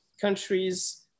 countries